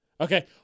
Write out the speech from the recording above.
okay